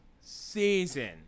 season